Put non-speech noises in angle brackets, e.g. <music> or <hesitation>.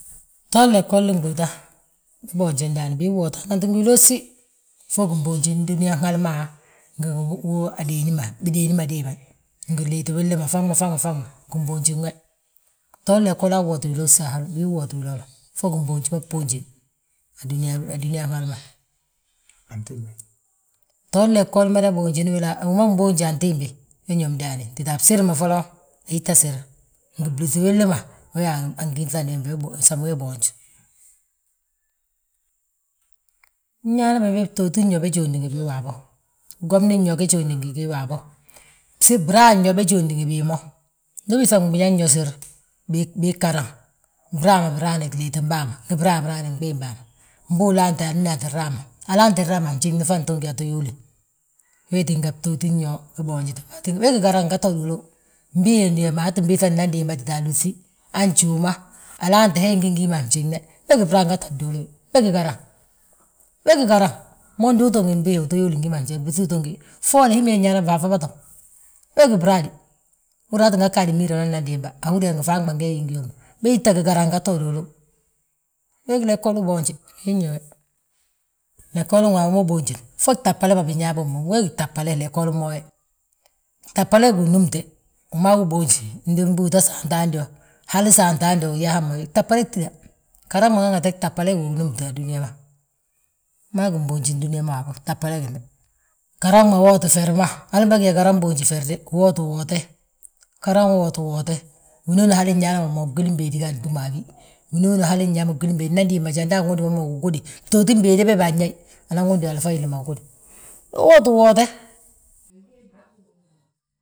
Toon léggolini gbúuta, we boonji ndaani bii wooti ganti ngi winoosi, fo giboonji dúniyaan hal ma wiin bidéeni ma déeman, ngi liiti willi ma faŋ ma faŋ, gimboonji we. Btoon léggolaa wooti winoosi a hal, wii wwooti wiloloo, fo gimboonji ma bboonjini a dúniyaan hal ma. Btoon léggol mada, <hesitation> wima mboonji antiimbi, we ñób ndaani, tita a bsiri ma foloŋ, uttita siri, ngi blúŧi wili ma, we angíŧanda bembe sam we boonj. Nyaane bembe btootin yo be jóondi ngi bii waabo, gwomnin yo ge jóondi ngi gii waabo, braan yo be jóondi ngi bii mo. Ndi ubiiŧa biñaŋn yo siri, bii ggaraŋ biraaraani gliitim bàa ma, ngi braabiraani gbiim bàa ma. Mbu ulaante anínnaa tti raama, alaanti nraama, a fnjiŋi anto ngi hi, ato yóole hemma, wee tínga btoonin yo be boonjite, We garaŋ ngete uduulu wi, mbii undéey aa tti biiŧa nan niimba tita alúŧi han njuuma, alaante he ngí ngi hi ma anjiŋne. Bégi braa ngette bduulu bi, we gí garaŋ, we gí garaŋ mo ndu uto ngi mbii, uto yóoli ngi hi ma anjiŋne blúŧi uto ngi hí. Folle hima nyaana faafa bâto, we gí braa de, húri yaa aa ttin ha ggadi miirona nnan diimba, ahúri yaa ngi fanɓan ngi hee hi ngíw. Be títa gí garaŋ ngette uduulu wi, we gí léggoli uboonje wiin yo we. Léggoli waabo wi boonjini, fo gtabale ma binyaa bommu, we gí gtabale léggoli mo we. Gtabale gnúmte, wi ma wi bóoti ndi mbúuta saanti hando, hali saanti hando, uyaa, gtabale gtída. Garaŋ ma ŋaŋate, gtabale gi inŋóote a dúniya ma. Wi ma gí mboonji dúniya ma waabo gtabale gembe, garaŋ ma wooti feri ma, hali mbangi yaa garaŋ boonji feri de, uwootu woote, garaŋ wooti woote, winooni hali nyaa mo gwilim béedi gi antúm a bi, winooni hali nyaabe gwilim béede, nnandim bàa jandi anwundi ma mo gigudi, btooti béede beebi anyaayi, anan wundi alfa hilli ma gudi, wi wootu woote.